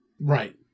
Right